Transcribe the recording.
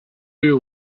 you